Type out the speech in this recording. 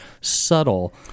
subtle